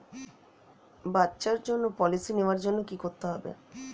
বাচ্চার জন্য পলিসি নেওয়ার জন্য কি করতে হবে?